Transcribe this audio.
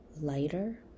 lighter